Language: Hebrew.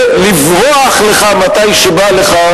ולברוח לך מתי שבא לך,